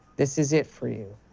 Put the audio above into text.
this is it for you.